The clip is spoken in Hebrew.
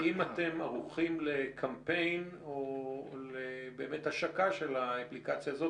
האם אתם ערוכים לקמפיין או להשקה של האפליקציה הזו?